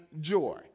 joy